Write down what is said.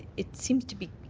it seems to be